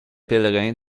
pèlerins